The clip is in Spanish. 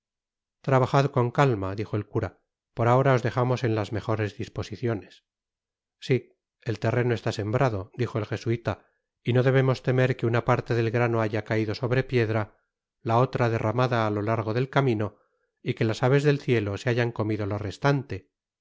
trabajad con calma dijo el cura por ahora os dejamos en las mejores disposiciones si el terreno está sembrado dijo el jesuita y no debemos temer que una parte del gruno haya caido sobre piedra la otra derramada á lo largo del camino y que las aves del cielo se hayan comido lo reglante